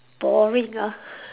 boring ah